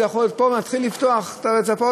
זה יכול להיות פה, נתחיל לפתוח את הרצפות.